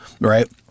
Right